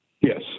Yes